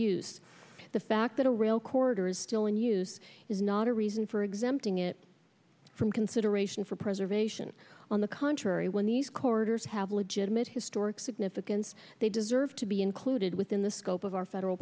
use the fact that a rail corridor is still in use is not a reason for exempting it from consideration for preservation on the contrary when these corridors have legitimate historic significance they deserve to be included within the scope of our federal